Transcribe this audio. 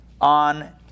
on